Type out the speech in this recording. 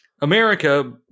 America